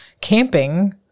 camping